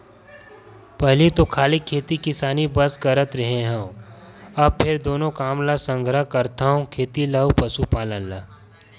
पहिली तो खाली खेती किसानी बस करत रेहे हँव, अब फेर दूनो काम ल संघरा करथव खेती ल अउ पसुपालन ल